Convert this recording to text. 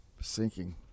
sinking